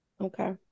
okay